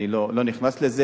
אני לא נכנס לזה.